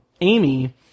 Amy